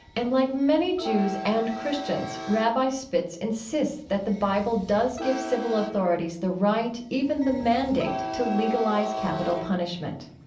and like many jews and christians, rabbi spitz insists that the bible does give civil authorities the right, even the mandate, to legalize capital punishment.